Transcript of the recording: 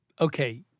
Okay